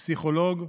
פסיכולוג,